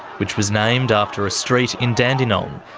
which was named after a street in dandenong,